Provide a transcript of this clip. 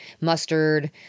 mustard